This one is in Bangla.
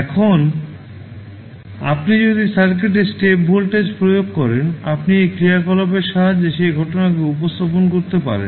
এখন আপনি যদি সার্কিটে স্টেপ ভোল্টেজ প্রয়োগ করেন আপনি এই ক্রিয়াকলাপের সাহায্যে সেই ঘটনাকে উপস্থাপন করতে পারেন